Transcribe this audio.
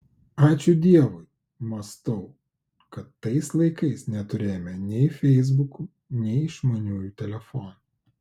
ačiū dievui mąstau kad tais laikais neturėjome nei feisbukų nei išmaniųjų telefonų